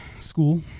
School